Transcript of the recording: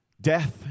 death